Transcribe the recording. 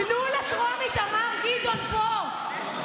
תנו לטרומית, אמר גדעון פה,